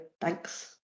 Thanks